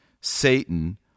Satan